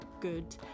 good